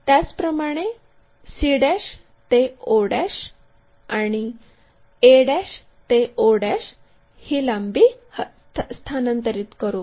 त्याचप्रमाणे c ते o आणि a ते o ही लांबी स्थानांतरित करू